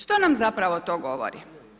Što nam zapravo to govori?